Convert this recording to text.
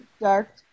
dark